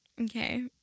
Okay